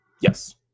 yes